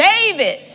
David